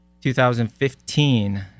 2015